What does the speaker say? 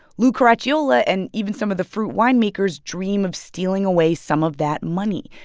lou caracciolo, and even some of the fruit winemakers, dream of stealing away some of that money.